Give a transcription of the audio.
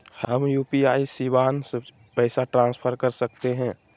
हम यू.पी.आई शिवांश पैसा ट्रांसफर कर सकते हैं?